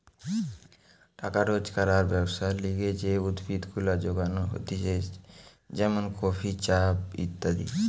টাকা রোজগার আর ব্যবসার লিগে যে উদ্ভিদ গুলা যোগান হতিছে যেমন কফি, চা ইত্যাদি